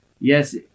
Yes